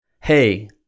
hey